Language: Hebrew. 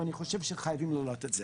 ואני חושב שחייבים להעלות את זה.